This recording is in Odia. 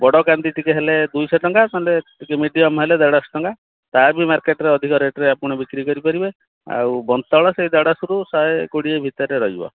ବଡ଼ କାନ୍ଧି ଟିକେ ହେଲେ ଦୁଇଶହ ଟଙ୍କା ନହେଲେ ହେଲେ ଦେଢ଼ଶହ ଟଙ୍କା ତା ବି ମାର୍କେଟରେ ଅଧିକ ରେଟରେ ଆପଣ ବିକ୍ରି କରିପାରିବେ ଆଉ ବନ୍ତଳ ସେଇ ଦେଢ଼ଶହରୁ ଶହେକୋଡ଼ିଏ ଭିତରେ ରହିବ